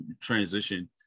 transition